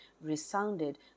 resounded